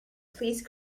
please